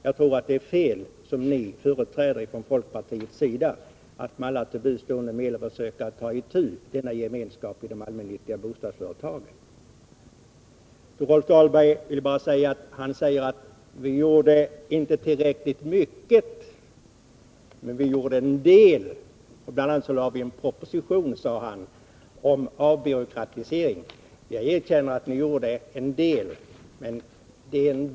Jagtror att det är fel att ta itu denna gemenskap i de allmännyttiga företagen, vilket ni som företräder folkpartiet försöker göra med alla till buds stående medel. Rolf Dahlberg sade: Vi gjorde inte tillräckligt mycket, men vi gjorde en del. Han erinrade också om att de borgerliga bl.a. lade fram en proposition om avbyråkratisering. Jag erkänner att ni gjorde en del.